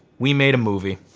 we made a movie.